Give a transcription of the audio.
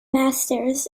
masters